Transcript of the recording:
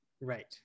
Right